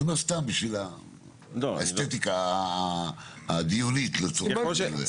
אני אומר בשביל האסתטיקה הדיונית לצורך העניין הזה.